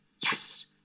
yes